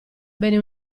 bene